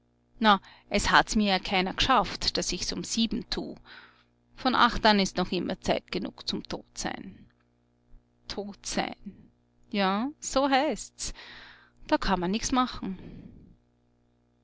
na es hat's mir ja keiner g'schafft daß ich's um sieben tu von acht an ist noch immer zeit genug zum totsein totsein ja so heißt's da kann man nichts machen